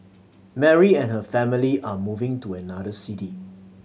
Mary and her family are moving to another city